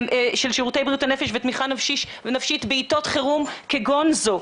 ותמיכה נפשית בעיתות חירום כגון זו,